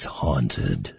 haunted